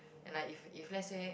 and like if if let's say